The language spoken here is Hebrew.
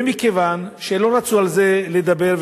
ומכיוון שלא רצו לדבר על זה,